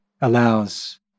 allows